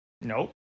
Nope